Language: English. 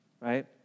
right